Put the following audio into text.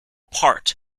part